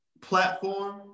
platform